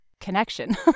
connection